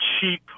cheap